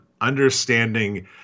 understanding